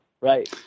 Right